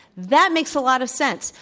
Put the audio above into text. that makes a lot of sense.